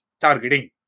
targeting